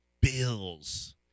Bills